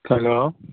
hello